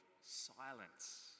silence